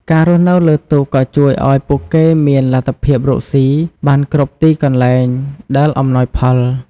ការរស់នៅលើទូកក៏ជួយឲ្យពួកគេមានលទ្ធភាពរកស៊ីបានគ្រប់ទីកន្លែងដែលអំណោយផល។